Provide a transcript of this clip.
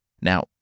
Now